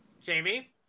Jamie